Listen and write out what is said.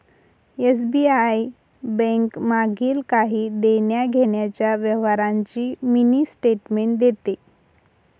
SBI bank मागील काही देण्याघेण्याच्या व्यवहारांची मिनी स्टेटमेंट देते